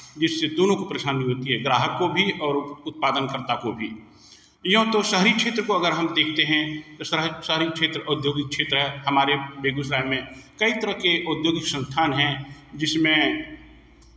जिससे दोनों को परेशानी होती है ग्राहक को भी और उत्पादन कर्ता को भी यों तो सही क्षेत्र को अगर हम देखते हैं तो शहर शहरी क्षेत्र औद्योगिक क्षेत्र हमारे बेगुसराय में कई तरह के औद्योगिक संस्थान हैं जिसमें